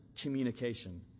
communication